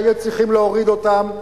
שהיו צריכים להוריד אותם,